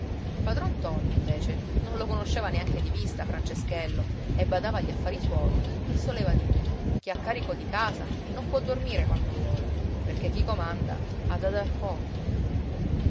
padron ntoni invece non lo conosceva neanche di vista franceschello e badava agli affari suoi e soleva dire chi ha carico di casa non può dormire quando vuole perché chi comanda ha da dar conto